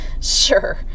sure